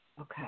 Okay